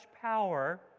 power